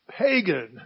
pagan